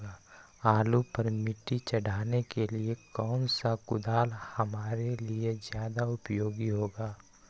आलू पर मिट्टी चढ़ाने के लिए कौन सा कुदाल हमारे लिए ज्यादा उपयोगी होगा?